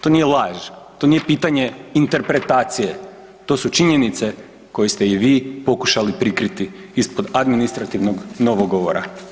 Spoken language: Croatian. To nije laž. to nije pitanje interpretacije to su činjenice koje ste i vi pokušali prikriti ispod administrativnog novog govora.